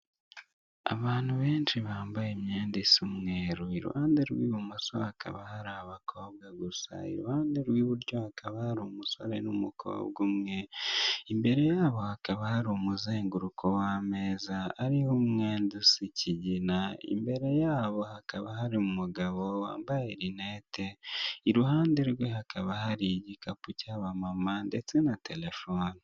Abantu benshi bambaye imyenda isa umweru iruhande rw'ibumoso hakaba hari abakobwa gusa, iruhande rw'iburyo hakaba hari umusore n'umukobwa umwe, imbere yabo hakaba hari umuzenguruko w'ameza ari umwenda usa ikigina imbere yabo hakaba hari umugabo wambaye rinete, iruhande rwe hakaba hari igikapu cy'abamama ndetse na telefone.